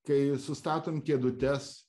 kai sustatom kėdutes